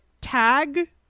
tag